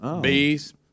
Bees